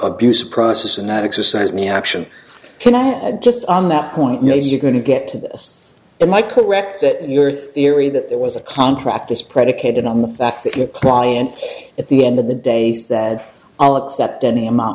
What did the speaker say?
abuse process and that exercise me action can i add just on that point you know you're going to get to this am i correct that your theory that there was a contract is predicated on the fact that your client at the end of the days that i'll accept any amount